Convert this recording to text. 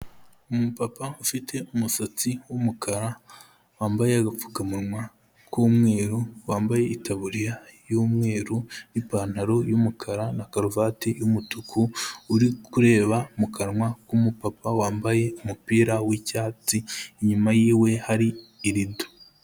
Umupapa ufite umusatsi w'umukara, wambaye agapfukamunwa k'umweru, wambaye itaburiya y'umweru n'ipantaro y'umukara na karuvati y'umutuku, uri kureba mu kanwa k'umupapa wambaye umupira w'icyatsi, inyuma yiwe hari irido.